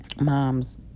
mom's